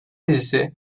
birisi